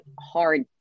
hard